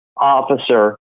officer